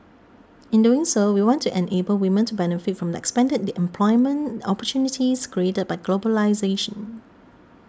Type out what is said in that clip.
in doing so we want to enable women to benefit from the expanded employment opportunities created by globalisation